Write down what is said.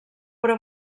però